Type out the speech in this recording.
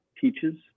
teaches